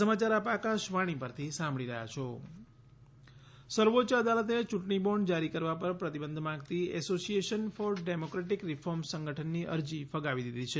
SC electoral bonds સર્વોચ્ય અદાલતે યૂંટણી બોન્ડ જારી કરવા પર પ્રતિબંધ માંગતી એસોસિએશન ફોર ડેમોક્રેટિક રિફોર્મ્સ સંગઠનની અરજી ફગાવી દીધી છે